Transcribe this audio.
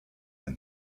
and